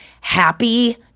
happy